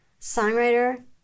songwriter